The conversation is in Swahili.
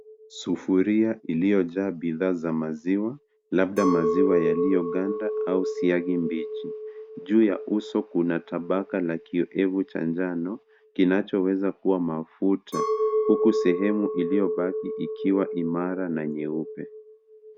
Sufuria iliyo jaa bidhaa za maziwa, labda maziwa yaliyoganda au siagi mbichi. Juu ya uso kuna tabaka la kioevu cha njano kinachoweza kuwa mafuta, huku sehemu iliyobaki ikiwa imara na nyeupe.